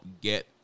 get